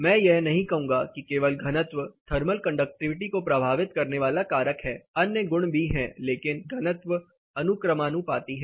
मैं यह नहीं कहूंगा कि केवल घनत्व थर्मल कंडक्टिविटी को प्रभावित करने वाला कारक है अन्य गुण भी हैं लेकिन घनत्व अनुक्रमानुपाती है